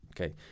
okay